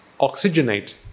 oxygenate